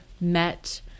met